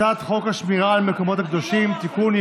הצעת חוק השמירה על המקומות הקדושים (תיקון,